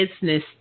business